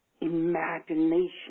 imagination